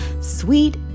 sweet